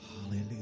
Hallelujah